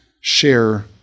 share